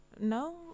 No